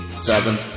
seven